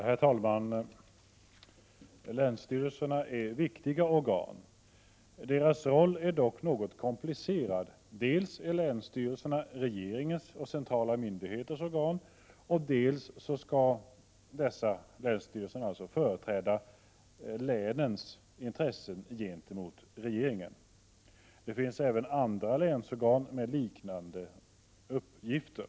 Herr talman! Länsstyrelserna är viktiga organ. Deras roll är dock något komplicerad. Dels är länsstyrelserna regeringens och centrala myndigheters organ, dels skall länsstyrelserna företräda länens intressen gentemot regeringen. Det finns även andra länsorgan med liknande uppgifter.